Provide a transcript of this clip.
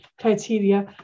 criteria